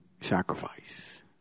sacrifice